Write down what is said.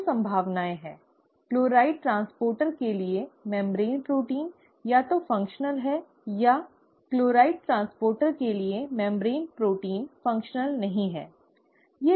दो संभावनाएं हैं क्लोराइड ट्रांसपोर्टर के लिए झिल्ली प्रोटीन या तो कार्यात्मक है या क्लोराइड ट्रांसपोर्टर के लिए झिल्ली प्रोटीन कार्यात्मक नहीं है है ना